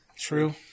True